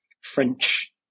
French